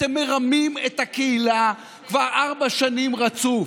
אתם מרמים את הקהילה כבר ארבע שנים רצוף.